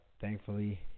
Thankfully